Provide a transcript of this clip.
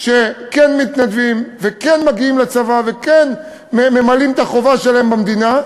שכן מתנדבים וכן מגיעים לצבא וכן ממלאים את החובה שלהם במדינה.